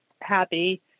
happy